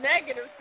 negative